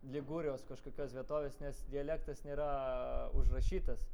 ligūrijos kažkokios vietovės nes dialektas nėra užrašytas